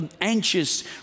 anxious